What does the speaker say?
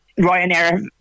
Ryanair